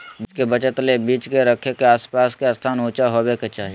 बीज के बचत ले बीज रखे के आस पास के स्थान ऊंचा होबे के चाही